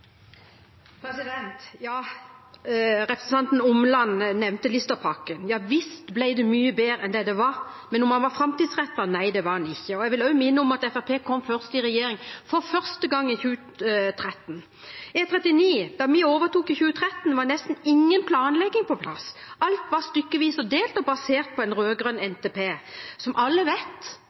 Representanten Omland nevnte Listapakken. Ja visst ble den mye bedre enn den var, men framtidsrettet var den ikke. Jeg vil også minne om at Fremskrittspartiet kom i regjering for første gang i 2013. Om E39: Da vi overtok i 2013, var nesten ingen planlegging på plass. Alt var stykkevis og delt og basert på en rød-grønn NTP, som – som alle vet